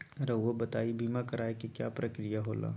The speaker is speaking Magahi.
रहुआ बताइं बीमा कराए के क्या प्रक्रिया होला?